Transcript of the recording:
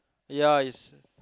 yep is